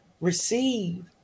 receive